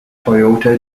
toyota